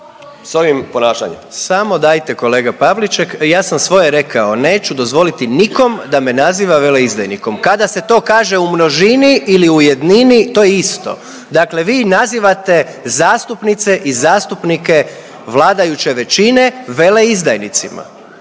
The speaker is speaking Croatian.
Gordan (HDZ)** Samo dajte kolega Pavliček. Ja sam svoje rekao. Neću dozvoliti nikom da me naziva veleizdajnikom. Kada se to kaže u množini ili u jednini to je isto. Dakle, vi nazivate zastupnice i zastupnike vladajuće većine veleizdajnicima,